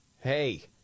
hey